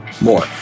more